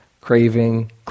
Craving